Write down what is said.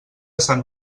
sant